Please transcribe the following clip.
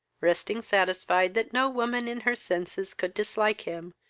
resting satisfied that no woman in her senses could dislike him,